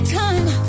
time